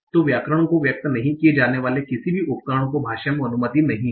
तो व्याकरण को व्यक्त नहीं किए जाने वाले किसी भी उपकरण को भाषा में अनुमति नहीं है